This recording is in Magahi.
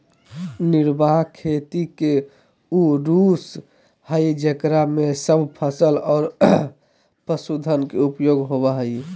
निर्वाह खेती के उ रूप हइ जेकरा में सब फसल और पशुधन के उपयोग होबा हइ